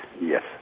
Yes